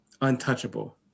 untouchable